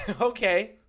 Okay